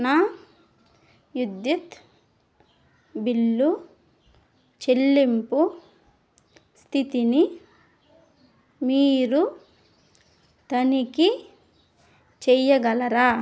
నా విద్యుత్ బిల్లు చెల్లింపు స్థితిని మీరు తనిఖీ చేయగలరా